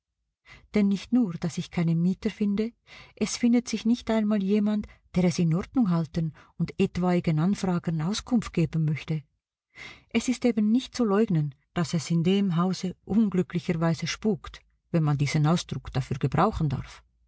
denn nicht nur daß ich keine mieter finde es findet sich nicht einmal jemand der es in ordnung halten und etwaigen anfragern auskunft geben möchte es ist eben nicht zu leugnen daß es in dem hause unglücklicherweise spukt wenn man diesen ausdruck dafür gebrauchen darf